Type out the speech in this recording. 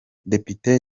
depite